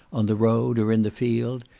on the road, or in the field,